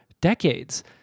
decades